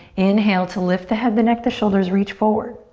inhale to lift the head, the neck, the shoulders, reach forward.